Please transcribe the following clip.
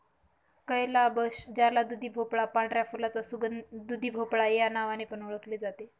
calabash ज्याला दुधीभोपळा, पांढऱ्या फुलाचा दुधीभोपळा या नावाने पण ओळखले जाते